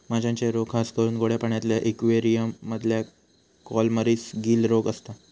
माश्यांचे रोग खासकरून गोड्या पाण्यातल्या इक्वेरियम मधल्या कॉलमरीस, गील रोग असता